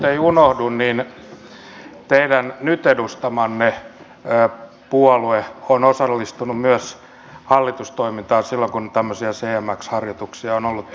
jottei unohdu niin teidän nyt edustamanne puolue on osallistunut myös hallitustoimintaan silloin kun tämmöisiä cmx harjoituksia on ollut